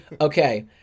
Okay